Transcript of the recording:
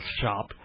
shop